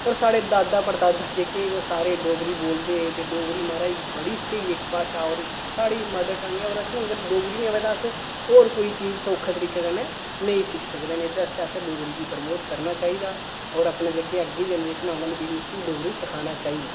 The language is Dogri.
होर साढ़े दादा पड़दादा जेह्के ओह् सारे डोगरी बोलदे हे ते डोगरी महाराज बड़ी स्हेई इक भाशा होर साढ़ी मदर टंग ऐ होर असेंगी अगर डोगरी नि आवै ते अस होर कोई चीज सौक्खे तरीके कन्नै नेईं सिक्खी सकदे एह्दे आस्तै असेंगी डोगरी गी प्रमोट करना चाहिदा होर अपनी जेह्की अग्गें जनरेशन औने आह्ली पीढ़ी उसी बी डोगरी सखानै चाहिदी